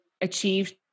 achieved